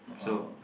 !wow!